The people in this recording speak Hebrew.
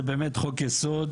זה באמת חוק-יסוד.